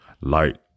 light